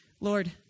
Lord